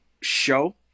show